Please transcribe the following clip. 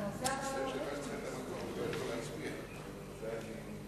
ההצעה לכלול את הנושא בסדר-היום של הכנסת נתקבלה.